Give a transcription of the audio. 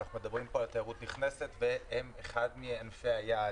אנחנו מדברים פה על תיירות נכנסת והם אחד מענפי היעד.